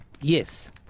Yes